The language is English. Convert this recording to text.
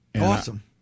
Awesome